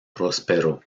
prosperó